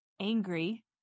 angry